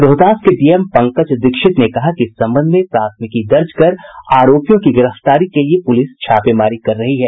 रोहतास के डीएम पंकज दीक्षित ने कहा कि इस संबंध में प्राथमिकी दर्ज कर आरोपियों की गिरफ्तारी के लिए पुलिस छापेमारी कर रही है